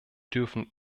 dürfen